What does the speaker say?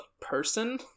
person